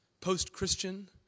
post-Christian